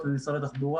בין משרד התחבורה,